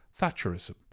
Thatcherism